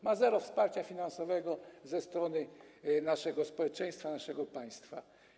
Ma zero wsparcia finansowego ze strony naszego społeczeństwa, naszego państwa.